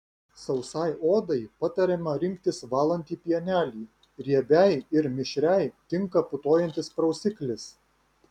sausai odai patariama rinktis valantį pienelį riebiai ir mišriai tinka putojantis prausiklis